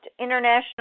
International